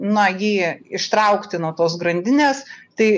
na jį ištraukti nuo tos grandinės tai